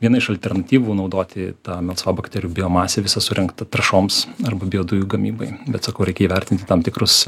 viena iš alternatyvų naudoti tą melsvabakterių biomasę visa surinktą trąšoms arba biodujų gamybai bet sakau reikia įvertinti tam tikrus